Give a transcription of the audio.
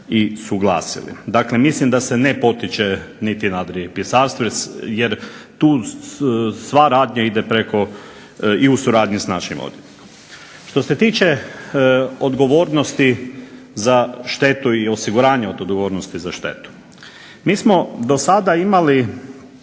i suglasili. Dakle mislim da se ne potiče niti nadripisarstvo, jer tu sva radnja ide preko i u suradnji s našim odvjetnikom. Što se tiče odgovornosti za štetu i osiguranje od odgovornosti za štetu, mi smo do sada imali